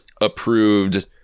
approved